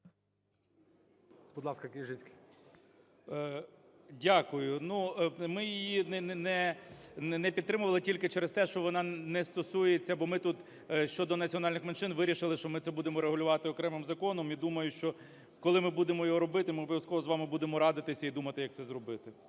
Дякую. Ну, ми її не підтримували тільки через те, що вона не стосується, бо ми тут щодо національних меншин вирішили, що ми це будемо регулювати окремим законом. І думаю, що коли ми будемо його робити, ми обов'язково з вами будемо радитися і думати як це зробити.